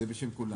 זה בשם כולנו.